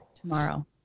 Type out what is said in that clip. tomorrow